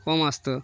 কম আসছে